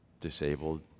disabled